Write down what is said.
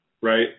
Right